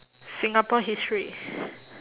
singapore history